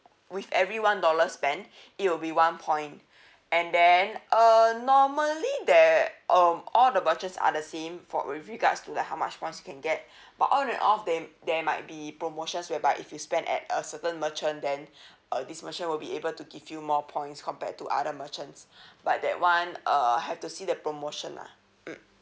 with every one dollar spent it will be one point and then uh normally there um all the merchants are the same for with regards to like how much points you can get but on and off they there might be promotions whereby if you spend at a certain merchant then uh this merchant will be able to give you more points compared to other merchants but that one err have to see the promotion lah mm